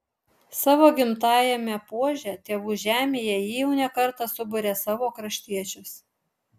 savo gimtajame puože tėvų žemėje ji jau ne kartą suburia savo kraštiečius